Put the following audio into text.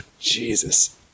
Jesus